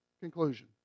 conclusion